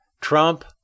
Trump